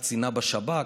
קצינה בשב"כ,